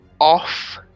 off